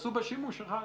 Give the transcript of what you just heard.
ועשו בה שימוש אחד.